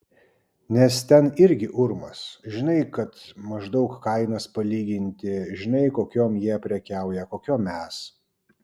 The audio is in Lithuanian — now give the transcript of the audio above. nes ten irgi urmas žinai kad maždaug kainas palyginti žinai kokiom jie prekiauja kokiom mes